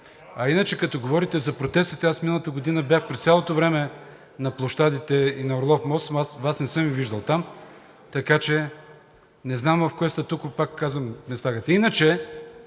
А иначе като говорите за протестите, аз миналата година бях през цялото време на площадите и на Орлов мост, но аз Вас не съм Ви виждал там, така че не знам в кое статукво – пак казвам, ме слагате.